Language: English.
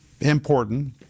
important